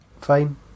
Fine